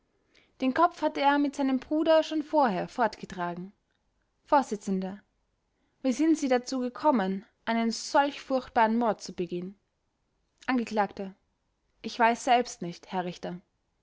den kopf hatte er mit seinem bruder schon vorher fortgetragen vors wie sind sie dazu gekommen einen solch furchtbaren mord zu begehen angekl ich weiß selbst nicht herr richter